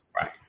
right